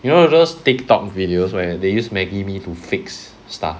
you know those TikTok videos where they use Maggie mee to fix stuff